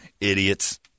Idiots